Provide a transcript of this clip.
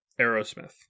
Aerosmith